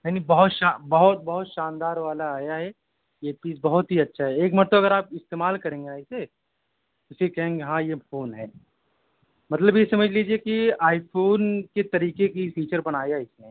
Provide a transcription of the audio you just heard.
نہیں نہیں بہت بہت بہت شاندار والا آیا ہے یہ پیس بہت ہی اچھا ہے ایک مرتبہ اگرآپ استعمال کریں گے اسے تو پھر کہیں گے کہ ہاں یہ فون ہے مطلب یہ سمجھ لیجیے کہ آئی فون کی طریقے کی فیچر بنایا ہے اس میں